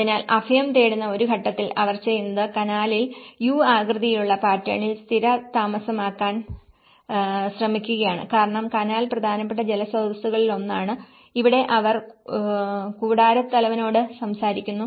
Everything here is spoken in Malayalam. അതിനാൽ അഭയം തേടുന്ന ഒരു ഘട്ടത്തിൽ അവർ ചെയ്യുന്നത് കനാലിൽ U ആകൃതിയിലുള്ള പാറ്റേണിൽ സ്ഥിരതാമസമാക്കാൻ ശ്രമിക്കുകയാണ് കാരണം കനാൽ പ്രധാനപ്പെട്ട ജലസ്രോതസ്സുകളിലൊന്നാണ് ഇവിടെ അവർ കൂടാരത്തലവനോട് സംസാരിക്കുന്നു